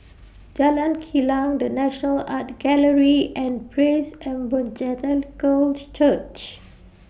Jalan Kilang The National Art Gallery and Praise Evangelical Church